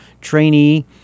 trainee